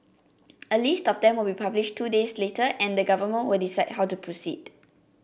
a list of them will be published two days later and the government will decide how to proceed